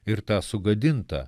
ir tą sugadintą